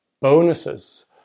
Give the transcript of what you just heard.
bonuses